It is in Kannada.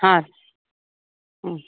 ಹಾಂ ಹ್ಞೂ